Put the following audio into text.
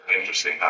Interesting